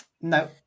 No